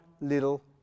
little